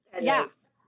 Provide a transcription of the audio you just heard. yes